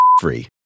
free